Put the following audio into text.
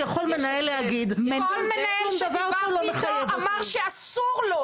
יכול למנהל להגיד ששום דבר פה לא מחייב אותי